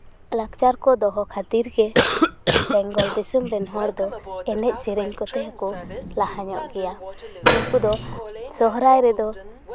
ᱞᱟᱠᱪᱟᱨ ᱠᱚ ᱫᱚᱦᱚ ᱠᱷᱟᱹᱛᱤᱨ ᱜᱮ ᱵᱮᱝᱜᱚᱞ ᱫᱤᱥᱚᱢ ᱨᱮᱱ ᱦᱚᱲ ᱫᱚ ᱮᱱᱮᱡᱼᱥᱮᱨᱮᱧ ᱠᱚᱛᱮ ᱦᱚᱸ ᱞᱟᱦᱟ ᱧᱚᱜ ᱜᱮᱭᱟ ᱱᱩᱠᱩ ᱫᱚ ᱥᱚᱨᱦᱟᱭ ᱨᱮᱫᱚ